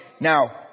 Now